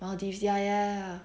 Maldives ya ya ya